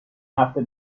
هفته